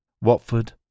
Watford